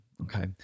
okay